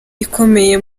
ikomeye